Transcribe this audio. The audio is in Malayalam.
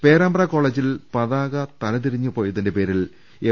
പേരാമ്പ്ര ്കോളജിൽ പതാക തലതിരിഞ്ഞു പോയതിന്റെ പേരിൽ എം